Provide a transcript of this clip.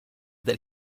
that